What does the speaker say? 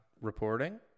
reporting